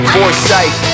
Foresight